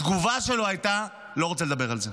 התגובה שלו הייתה: לא רוצה לדבר על זה,